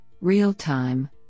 real-time